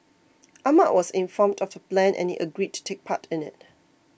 Ahmad was informed of the plan and he agreed to take part in it